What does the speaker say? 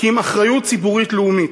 כי אם אחריות ציבורית-לאומית.